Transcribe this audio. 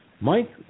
Mike